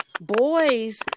boys